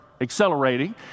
accelerating